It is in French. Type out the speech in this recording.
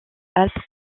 alpes